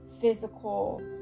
physical